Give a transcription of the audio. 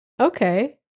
Okay